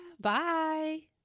Bye